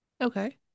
Okay